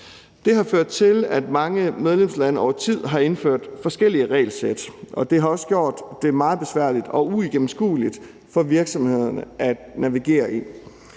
Det har ført til, at mange medlemslande over tid har indført forskellige regelsæt, og det har også gjort det meget besværligt og uigennemskueligt for virksomhederne at navigere i.